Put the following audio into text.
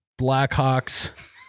Blackhawks